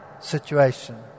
situation